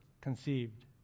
conceived